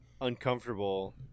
uncomfortable